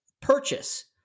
Purchase